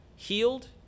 healed